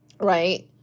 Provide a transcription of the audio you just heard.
Right